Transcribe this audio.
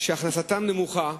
שהכנסתם נמוכה,